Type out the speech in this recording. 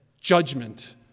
judgment